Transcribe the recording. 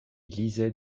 lisais